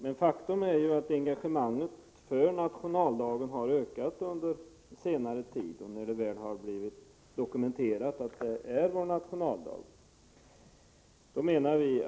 Men faktum är att engagemanget för nationaldagen har ökat under senare tid, när det väl har blivit dokumenterat att det är vår nationaldag.